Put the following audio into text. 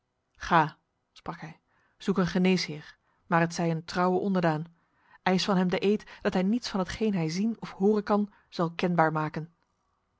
ga sprak hij zoek een geneesheer maar het zij een trouwe onderdaan eis van hem de eed dat hij niets van hetgeen hij zien of horen kan zal kenbaar maken